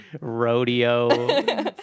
rodeo